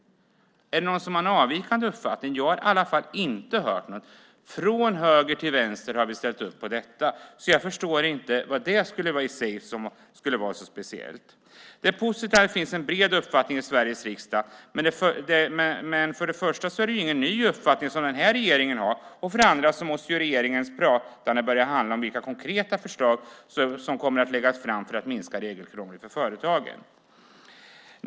Är det någon som har en avvikande uppfattning? Jag har i alla fall inte hört något. Från höger till vänster har vi ställt upp på detta. Jag förstår inte vad som skulle vara så speciellt med det i sig. Det är positivt att det finns en bred uppfattning i Sveriges riksdag, men för det första är det ingen ny uppfattning som den här regeringen har, och för det andra måste regeringens pratande börja handla om vilka konkreta förslag som kommer att läggas fram för att minska regelkrånglet för företagen.